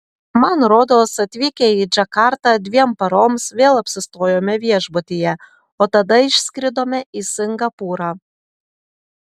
man rodos atvykę į džakartą dviem paroms vėl apsistojome viešbutyje o tada išskridome į singapūrą